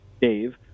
Dave